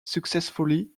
successfully